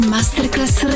Masterclass